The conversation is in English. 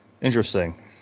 Interesting